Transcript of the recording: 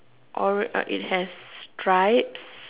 it has stripes